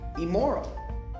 immoral